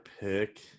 pick